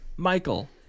Michael